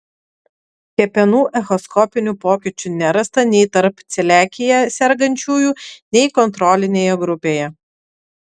kepenų echoskopinių pokyčių nerasta nei tarp celiakija sergančiųjų nei kontrolinėje grupėje